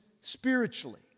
spiritually